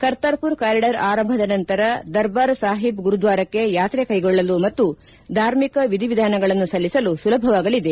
Kartarpur corridor ಆರಂಭದ ನಂತರ ದರ್ಬಾರ್ ಸಾಹಿಬ್ ಗುರುದ್ವಾರಕ್ಷೆ ಯಾತ್ರೆ ಕೈಗೊಳ್ಳಲು ಮತ್ತು ಧಾರ್ಮಿಕ ವಿಧಿವಿಧಾನಗಳನ್ನು ಸಲ್ಲಿಸಲು ಸುಲಭವಾಗಲಿದೆ